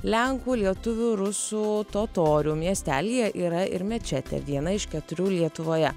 lenkų lietuvių rusų totorių miestelyje yra ir mečetė viena iš keturių lietuvoje